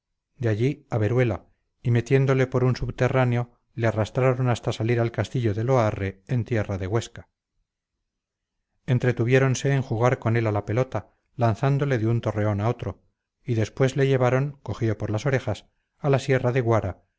de allí a veruela y metiéndole por un subterráneo le arrastraron hasta salir al castillo de loarre en tierra de huesca entretuviéronse en jugar con él a la pelota lanzándole de un torreón a otro y después te llevaron cogido por las orejas a la sierra de guara